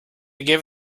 give